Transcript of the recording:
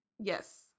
Yes